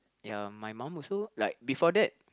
ya my mum also like before that